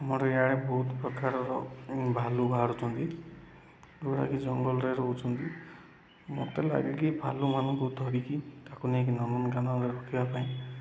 ଆମର ଇଆଡ଼େ ବହୁତ ପ୍ରକାରର ଭାଲୁ ବାହାରୁଛନ୍ତି ଯୋଉଟାକି ଜଙ୍ଗଲରେ ରହୁନ୍ତି ମତେ ଲାଗେ କିି ଭାଲୁ ମାନଙ୍କୁ ଧରିକି ତାକୁ ନେଇକି ନନ୍ଦନକାନରେ ରଖିବା ପାଇଁ